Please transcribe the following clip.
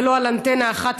ולא באנטנה אחת,